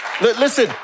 Listen